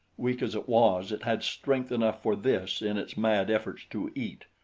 weak as it was it had strength enough for this in its mad efforts to eat.